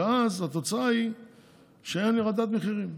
אז התוצאה היא שאין הורדת מחירים.